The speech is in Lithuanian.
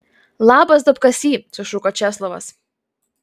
labas duobkasy sušuko česlovas